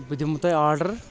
بہٕ دِمہٕ تۄہہِ آرڈر